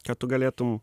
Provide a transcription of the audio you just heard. kad tu galėtum